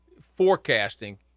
forecasting